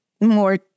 more